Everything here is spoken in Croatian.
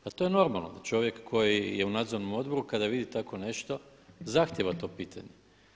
Pa to je normalno, da čovjek koji je u nadzornom odboru kada vidi tako nešto zahtjeva to pitanje.